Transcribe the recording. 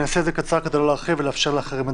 אני אעשה את זה קצר כדי לא להרחיב ולאפשר לאחרים לדבר.